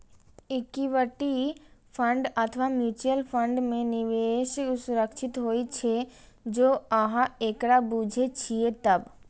equity fund अथवा mutual fund मे निवेश सुरक्षित होइ छै, जौं अहां एकरा बूझे छियै तब